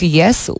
yes